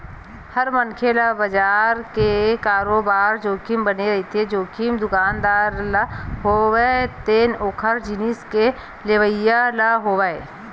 हर मनखे ल बजार ले बरोबर जोखिम बने रहिथे, जोखिम दुकानदार ल होवय ते ओखर जिनिस के लेवइया ल होवय